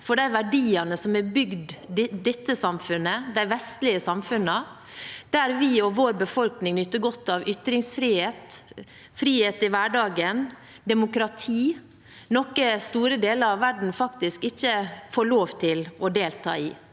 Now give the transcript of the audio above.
for de verdiene som har bygd dette samfunnet, de vestlige samfunnene, der vi og vår befolkning nyter godt av ytringsfrihet, frihet i hverdagen og demokrati, noe store deler av verden faktisk ikke får lov til å delta i.